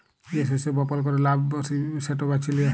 যে শস্য বপল ক্যরে লাভ ব্যাশি সেট বাছে লিয়া